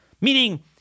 Meaning